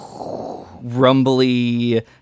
Rumbly